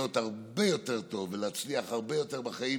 הרבה יותר טוב ולהצליח הרבה יותר בחיים,